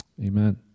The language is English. Amen